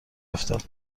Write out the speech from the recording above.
افتاد